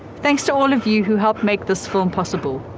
thanks to all of you who helped make this film possible.